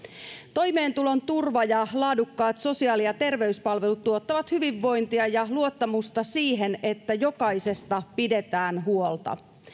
toimeentulon turva ja laadukkaat sosiaali ja terveyspalvelut tuottavat hyvinvointia ja luottamusta siihen että jokaisesta pidetään huolta